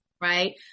Right